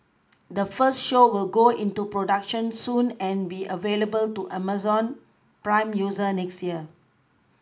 the first show will go into production soon and be available to Amazon prime users next year